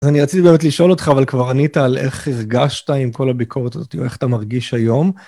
אז אני רציתי באמת לשאול אותך, אבל כבר ענית על איך הרגשת עם כל הביקורת הזאתי, או איך אתה מרגיש היום.